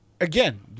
Again